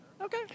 Okay